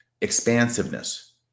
expansiveness